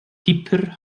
piper